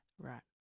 right